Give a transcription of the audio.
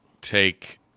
take